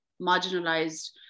marginalized